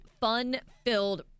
fun-filled